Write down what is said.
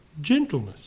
gentleness